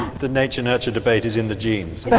the nature nurture debate is in the genes. that's